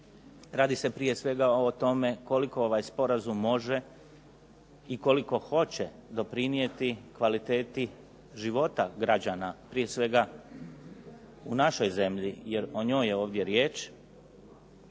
radi se prije svega o tome koliko ovaj Sporazum može i koliko hoće doprinijeti kvaliteti života građana prije svega, u našoj zemlji, jer o njoj je ovdje riječ,